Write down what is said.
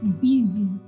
busy